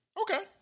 Okay